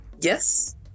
Yes